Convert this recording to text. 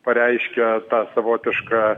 pareiškia tą savotišką